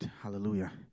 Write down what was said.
Hallelujah